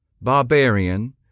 barbarian